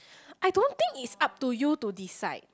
I don't think it's up to you to decide